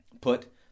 put